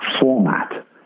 Format